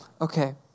Okay